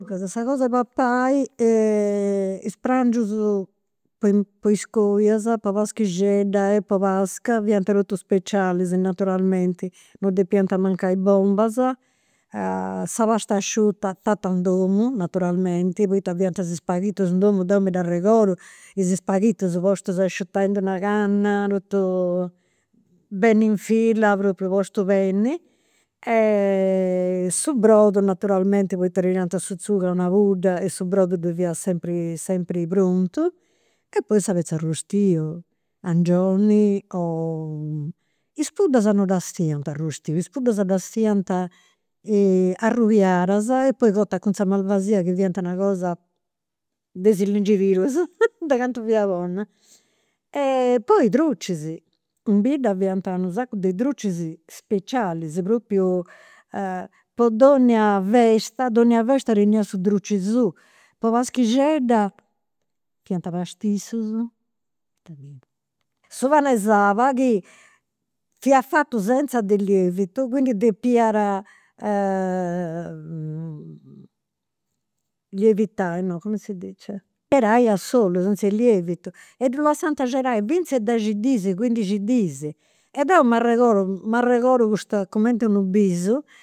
Sa cos'e papai is prangius po is coias, po paschixedda e po pasca fiant totus specialis, naturalmenti. Non depiant mancai bombas, sa pastasciuta fata in domu, naturalmenti, poita fiant is spaghitus in domu, deu mi dd'arregodu, is spaghitus postus a asciutai in d'una canna, totu beni in fila, propriu postus beni. Su brodu naturalmenti, poita tirant su tzugu a una pudda e su brodu ddoi fiat sempri, sempri prontu. E poi sa petza arrustiu, angioni o is puddas non ddas fiant arrustiu, is puddas ddas fiant arrubiadas e poi cotas cun sa malvasia chi fiant una cosa de si lingi is didus de cantu fiat bona. Poi i' drucis. In bidda fiant unu sacu de drucis specialis, propriu po donnia festa, donnia festa teniat su druci suu. Po paschixedda fiant pastissus, ita fiant su pan'e saba chi fia fatu senza de lievitu, quindi depiat lievitai, no, come si dice, pesai a solu senza de lievitu e ddu lassant axedai finzas dexi dis, cuindixi dis. E deu m'arregodu m'arregodu custa cumenti unu bisu